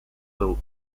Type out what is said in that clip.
был